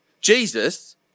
Jesus